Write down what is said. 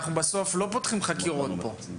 אנחנו בסוף לא פותחים פה בחקירות.